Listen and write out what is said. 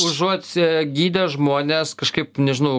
užuot gydę žmones kažkaip nežinau